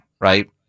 right